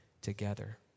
together